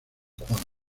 juan